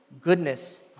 goodness